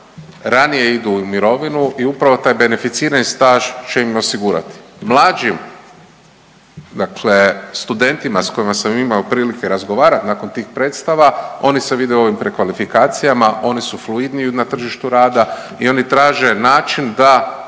ranije idu u mirovinu i upravo taj beneficirani staž će im osigurati. Mlađim, dakle studentima s kojima sam imao prilike razgovarat nakon tih predstava, oni se vide u ovim prekvalifikacijama, oni su fluidni na tržištu rada i oni traže način da